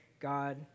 God